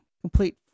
complete